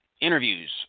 interviews